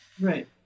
Right